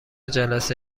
جلسه